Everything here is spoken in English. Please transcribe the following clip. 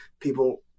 people